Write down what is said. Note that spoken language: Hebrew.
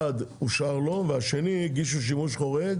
אחד אושר לו והשני הגישו שימוש חורג